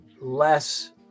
less